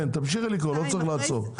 תמשיכי לקרוא, לא צריך לעצור.